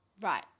Right